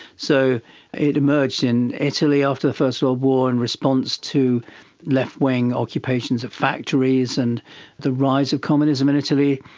so it emerged in italy after the first world war in response to left-wing occupations of factories and the rise of communism in italy.